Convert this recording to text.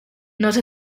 not